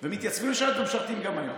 ומתייצבים לשרת ומשרתים גם היום.